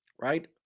right